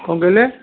କ'ଣ କହିଲେ